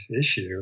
issue